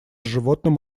животным